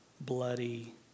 bloody